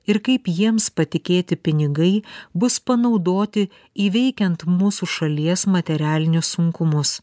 ir kaip jiems patikėti pinigai bus panaudoti įveikiant mūsų šalies materialinius sunkumus